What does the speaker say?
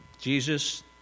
Jesus